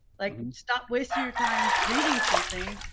like, stop wasting your time reading something.